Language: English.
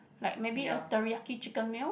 like maybe a teriyaki chicken meal